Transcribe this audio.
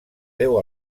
déu